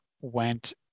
went